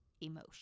emotion